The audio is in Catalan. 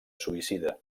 suïcida